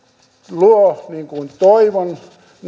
luo niin kuin toivon